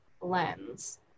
lens